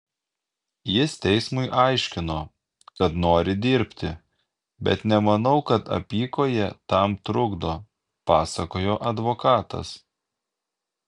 jis teismui aiškino kad nori dirbti bet nemanau kad apykojė tam trukdo pasakojo advokatas